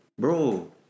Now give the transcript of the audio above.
Bro